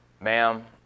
ma'am